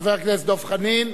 חבר הכנסת דב חנין.